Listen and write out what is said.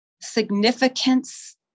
significance